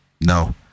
No